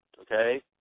okay